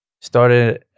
Started